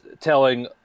telling